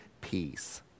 peace